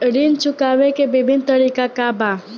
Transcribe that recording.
ऋण चुकावे के विभिन्न तरीका का बा?